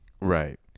Right